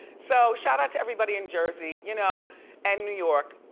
so shout out to everybody in jersey you know and new york.